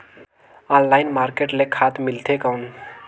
Online market ले खाद मिलथे कौन?